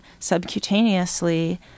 subcutaneously